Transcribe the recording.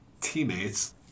teammates